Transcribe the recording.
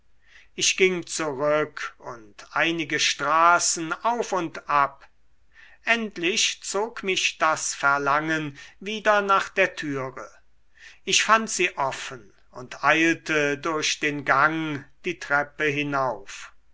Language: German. ich ging zurück und einige straßen auf und ab endlich zog mich das verlangen wieder nach der türe ich fand sie offen und eilte durch den gang die treppe hinauf